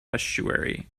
estuary